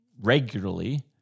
regularly